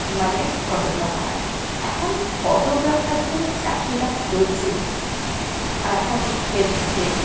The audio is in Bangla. মানে ফটোগ্রাফার আনে এখন ফটোগ্রাফারদের চাহিদা প্রচুর আর এখন ফেসবুকে